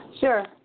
Sure